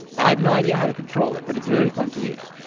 i have no idea how to control it, but it's very fun to use.